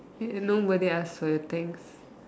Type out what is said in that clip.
you know when they ask for your things